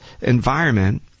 environment